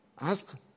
Ask